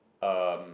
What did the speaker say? um